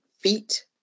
feet